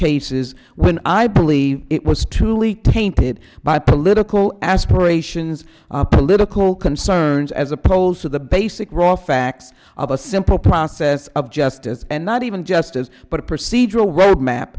cases when i believe it was truly tainted by political aspirations political concerns as a prole so the basic raw facts of a simple process of justice and not even just is but a procedural roadmap